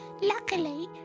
luckily